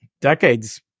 Decades